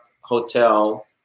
Hotel